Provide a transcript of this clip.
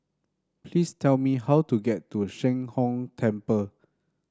please tell me how to get to Sheng Hong Temple